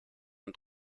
und